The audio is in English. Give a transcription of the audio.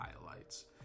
highlights